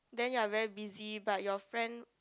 then you are very busy but your friend